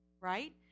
right